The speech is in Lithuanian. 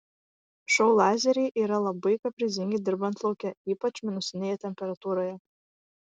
šou lazeriai yra labai kaprizingi dirbant lauke ypač minusinėje temperatūroje